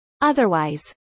Otherwise